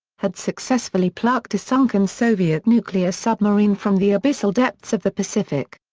had successfully plucked a sunken soviet nuclear submarine from the abyssal depths of the pacific.